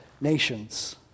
nations